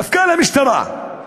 מפכ"ל המשטרה,